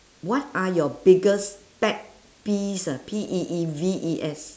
what are your biggest pet peeves ah P E E V E S